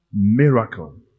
miracle